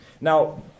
Now